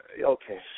Okay